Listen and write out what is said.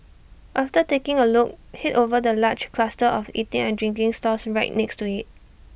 after taking A look Head over the large cluster of eating and drinking stalls right next to IT